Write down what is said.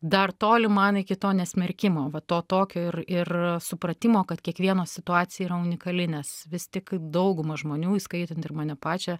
dar toli man iki to nesmerkimo va to tokio ir ir supratimo kad kiekvieno situacija yra unikali nes vis tik dauguma žmonių įskaitant ir mane pačią